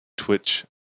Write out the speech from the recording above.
twitch